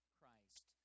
Christ